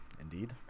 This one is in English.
Indeed